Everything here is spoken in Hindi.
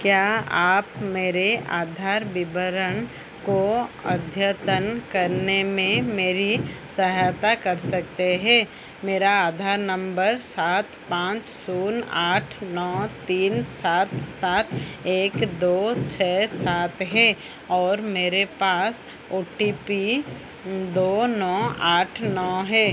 क्या आप मेरे आधार विवरण को अद्यतन करने में मेरी सहायता कर सकते हैं मेरा आधार नंबर सात पाँच शून्य आठ नौ तीन सात सात एक दो छः सात है और मेरे पास ओ टी पी दो नौ आठ नौ है